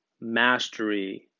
Mastery